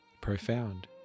profound